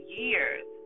years